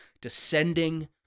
descending